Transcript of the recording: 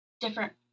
different